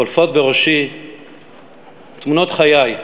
חולפות בראשי תמונות חיי,